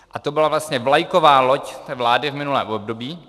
A to byla vlastně vlajková loď vlády v minulém období.